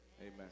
Amen